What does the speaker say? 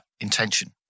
intention